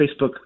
Facebook